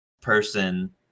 person